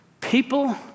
People